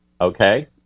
Okay